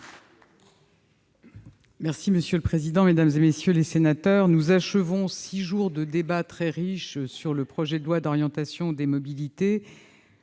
Monsieur le président, mesdames, messieurs les sénateurs, nous venons de vivre six jours de débat très riche sur le projet de loi d'orientation des mobilités.